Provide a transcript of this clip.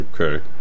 Okay